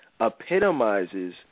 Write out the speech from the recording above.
epitomizes